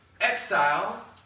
exile